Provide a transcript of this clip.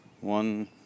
one